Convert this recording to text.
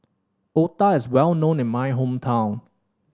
otah is well known in my hometown